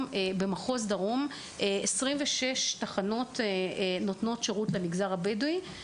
במחוז דרום יש 26 תחנות שנותנות שירות למגזר הבדואי,